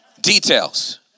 details